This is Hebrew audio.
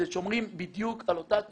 שומרים בדיוק על אותה צורה,